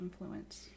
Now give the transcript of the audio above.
influence